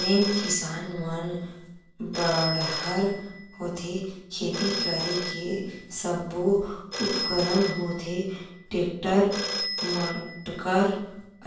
जेन किसान मन बड़हर होथे खेती करे के सब्बो उपकरन होथे टेक्टर माक्टर